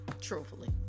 truthfully